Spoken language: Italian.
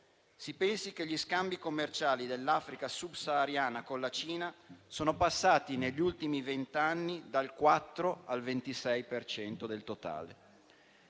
Si pensi che gli scambi commerciali dell'Africa subsahariana con la Cina sono passati negli ultimi vent'anni dal 4 al 26 per cento